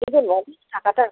এবারে লরির টাকাটা